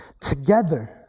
together